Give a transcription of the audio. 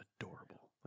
adorable